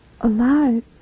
Alive